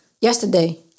Yesterday